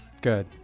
Good